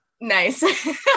nice